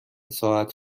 ساعت